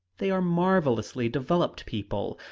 they are marvelously developed people,